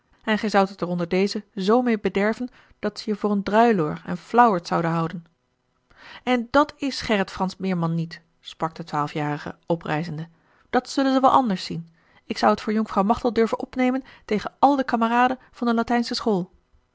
en gij zoudt het er onder dezen z meê bederven dat ze je voor een druiloor en flauwert zouden houden en dat is gerrit fransz meerman niet sprak de twaalfjarige oprijzende dat zullen ze wel anders zien ik zou het voor jonkvrouw machteld durven opnemen tegen al de kameraden van de latijnsche school